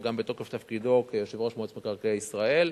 גם בתוקף תפקידו כיושב-ראש מועצת מקרקעי ישראל,